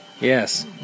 Yes